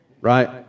right